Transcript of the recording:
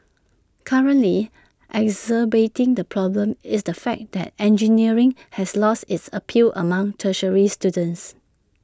currently exacerbating the problem is the fact that engineering has lost its appeal among tertiary students